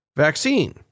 vaccine